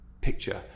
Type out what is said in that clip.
picture